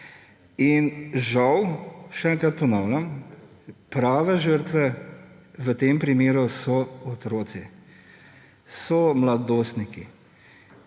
žal še enkrat ponavljam, prave žrtve v tem primeru so otroci, so mladostniki.